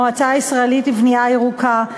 המועצה הישראלית לבנייה ירוקה,